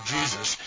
Jesus